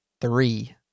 three